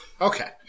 Okay